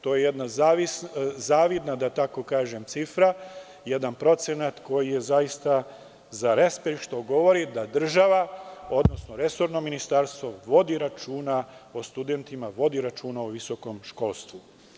To je jedna zavidna cifra, jedan procenat koji je zaista za respekt, što govori da država, odnosno resorno ministarstvo vodi računa o studentima, vodi računa o visokom školstvu.